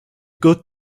good